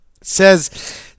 says